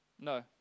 No